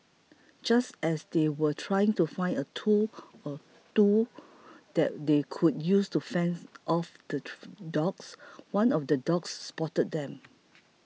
just as they were trying to find a tool or two that they could use to fends off the dogs one of the dogs spotted them